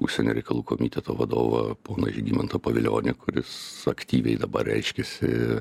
užsienio reikalų komiteto vadovo ponu žygimantu pavilioniu kuris aktyviai dabar reiškiasi